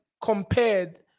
compared